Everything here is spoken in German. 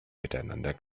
miteinander